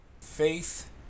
Faith